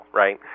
right